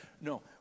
no